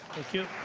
thank you.